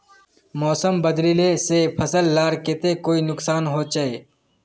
मौसम बदलिले से फसल लार केते कोई नुकसान होचए?